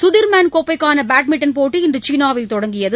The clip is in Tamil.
சுதிர்மேன் கோப்பைக்கான பேட்மிண்டன் போட்டி இன்று சீனாவில் தொடங்கியது